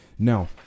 Now